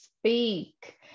speak